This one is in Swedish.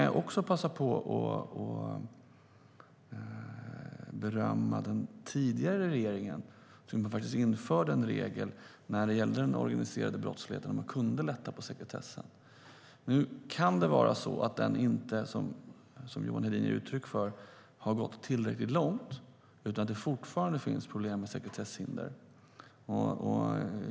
Jag vill passa på att berömma den tidigare regeringen, som införde en regel om att man kan lätta på sekretessen när det gäller den organiserade brottsligheten. Det kan vara så som Johan Hedin säger, att den inte går tillräckligt långt utan att det fortfarande finns problem med sekretesshinder.